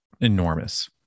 enormous